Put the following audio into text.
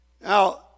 Now